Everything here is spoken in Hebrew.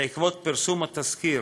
בעקבות פרסום התזכיר